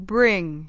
Bring